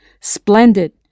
Splendid